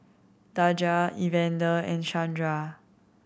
Daja Evander and Shandra